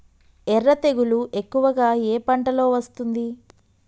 ఎర్ర తెగులు ఎక్కువగా ఏ పంటలో వస్తుంది?